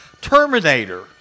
Terminator